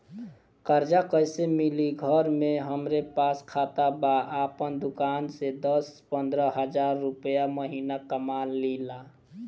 कर्जा कैसे मिली घर में हमरे पास खाता बा आपन दुकानसे दस पंद्रह हज़ार रुपया महीना कमा लीला?